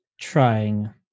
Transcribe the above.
trying